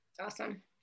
Awesome